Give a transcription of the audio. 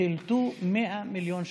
וחילטו מאה מיליון שקל.